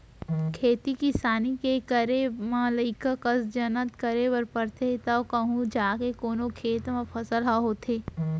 खेती किसानी के करे म लइका कस जनत करे बर परथे तव कहूँ जाके कोनो खेत म फसल ह होथे